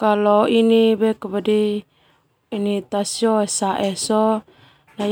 Kalau ini tasi oe sae sona